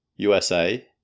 USA